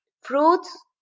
fruits